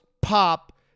pop